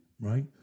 right